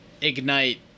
ignite